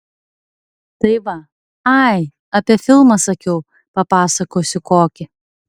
tai va ai apie filmą sakiau papasakosiu kokį